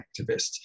activists